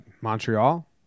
Montreal